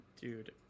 Dude